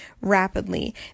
rapidly